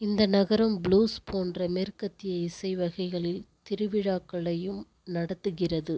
இந்த நகரம் ப்ளூஸ் போன்ற மேற்கத்திய இசை வகைகளில் திருவிழாக்களையும் நடத்துகிறது